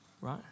right